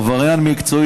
עבריין מקצועי,